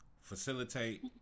facilitate